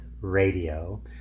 Radio